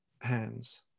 hands